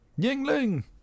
Yingling